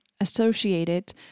associated